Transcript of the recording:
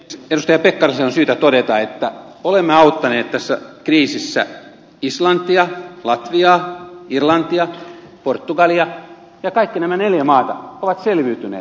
edustaja pekkariselle on syytä todeta että olemme auttaneet tässä kriisissä islantia latviaa irlantia portugalia ja kaikki nämä neljä maata ovat selviytyneet